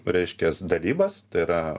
reiškias dalybas tai yra